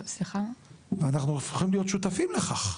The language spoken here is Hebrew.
אנחנו הופכים להיות שותפים לכך.